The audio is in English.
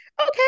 okay